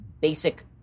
basic